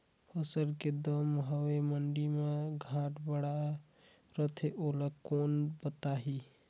फसल के दम हवे मंडी मा घाट बढ़ा रथे ओला कोन बताही?